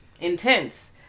intense